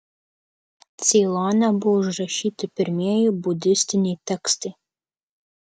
ceilone buvo užrašyti pirmieji budistiniai tekstai